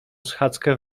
schadzkę